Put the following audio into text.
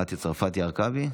מטי צרפתי הרכבי,